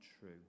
true